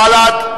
בל"ד?